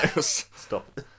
Stop